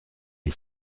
est